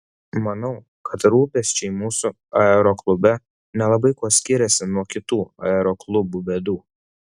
manau kad rūpesčiai mūsų aeroklube nelabai kuo skiriasi nuo kitų aeroklubų bėdų